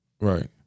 Right